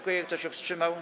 Kto się wstrzymał?